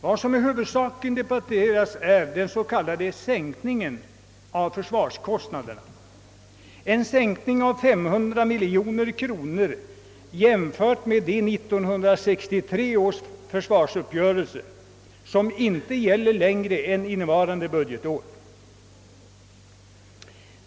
Vad man i huvudsak debatterat är den s.k. sänkningen av försvarskostnaderna, en sänkning med 500 miljoner kronor av det belopp som anges i 1963 års försvarsuppgörelse, vilken inte gäller längre än till och med innevarande budgetår.